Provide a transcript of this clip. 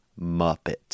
Muppet